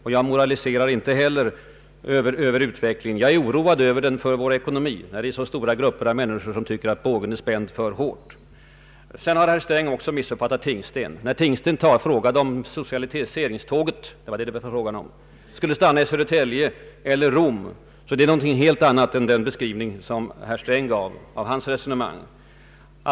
Men jag moraliserar inte heller över utvecklingen. Jag är för vår ekonomis skull oroad över att så stora grupper av människar tycker att bågen är för hårt spänd. Herr Sträng har också missuppfattat Herbert Tingsten. När Tingsten frågade om socialiseringståget, som det den gången gällde, skulle stanna i Södertälje eller i Rom, var det fråga om något helt annat än vad herr Strängs resonemang åsyftade.